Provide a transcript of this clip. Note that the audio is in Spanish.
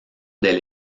del